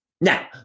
Now